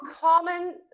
common